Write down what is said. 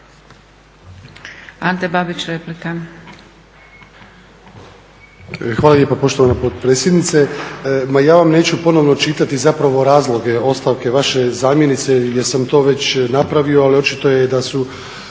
Ante Babić, replika.